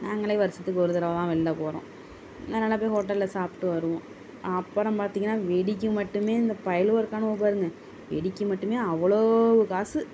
நாங்களே வருடத்துக்கு ஒரு தடவை தான் வெளியில் போகிறோம் அதனால் போய் ஹோட்டலில் சாப்பிட்டு வருவோம் அப்புறோம் பார்த்திங்னா வெடிக்கு மட்டுமே இந்த பயலுவோ இருக்கானுவோ பாருங்க வெடிக்கு மட்டுமே அவ்வளோ காசு